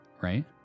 right